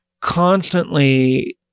constantly